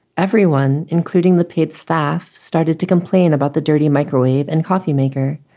everyone, including the paid staff, started to complain about the dirty microwave and coffee maker.